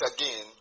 again